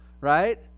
right